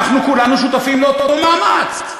אנחנו כולנו שותפים לאותו מאמץ,